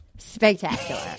Spectacular